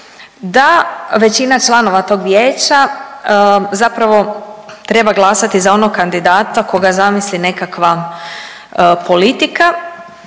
da većina članova tog vijeća zapravo treba glasati za onog kandidata koga zamisli nekakva politika